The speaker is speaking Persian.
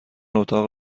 اتاق